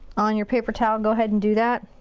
on your paper towel, go ahead and do that.